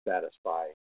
satisfy